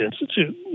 Institute